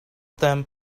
them